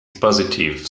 positive